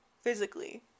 physically